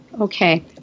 Okay